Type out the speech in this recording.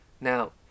Now